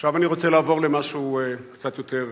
עכשיו אני רוצה לעבור למשהו קצת יותר רציני.